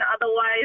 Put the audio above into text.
Otherwise